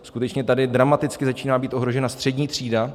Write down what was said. Skutečně tady dramaticky začíná být ohrožena střední třída.